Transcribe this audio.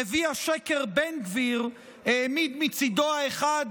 נביא השקר בן גביר העמיד מצידו האחד